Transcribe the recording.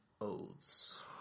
oaths